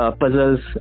puzzles